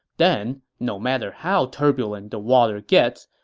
then no matter how turbulent the water gets,